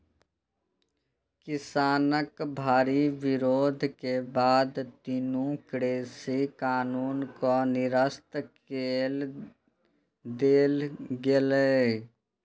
किसानक भारी विरोध के बाद तीनू कृषि कानून कें निरस्त कए देल गेलै